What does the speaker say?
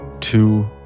Two